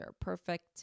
perfect